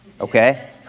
Okay